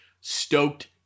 stoked